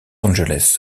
angeles